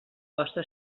vostre